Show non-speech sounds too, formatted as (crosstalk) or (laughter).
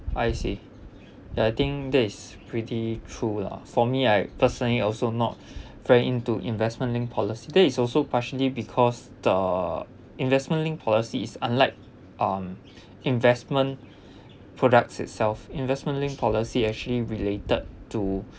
I see that I think that is pretty true lah for me I personally also not (breath) friend into investment linked policies that is also partially because the investment linked policy is unlike um investment products itself investment linked policy actually related to